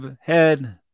head